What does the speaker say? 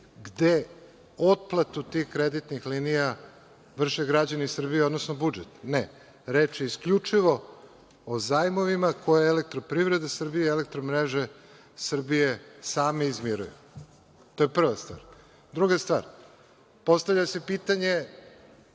gde otplatu tih kreditnih linija vrše građani Srbije, odnosno budžet. Ne, reč je isključivo o zajmovima koje „Elektroprivreda Srbije“ i „Elektromreža Srbije“ same izmiruju. To je prva stvar. Druga stvar, postavlja se pitanje